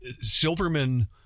Silverman